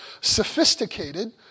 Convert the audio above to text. sophisticated